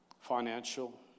financial